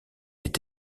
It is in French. est